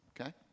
okay